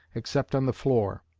except on the floor,